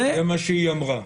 זה מה שהיא אמרה.